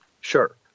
Sure